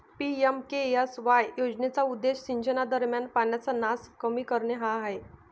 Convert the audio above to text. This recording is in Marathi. पी.एम.के.एस.वाय योजनेचा उद्देश सिंचनादरम्यान पाण्याचा नास कमी करणे हा आहे